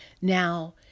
Now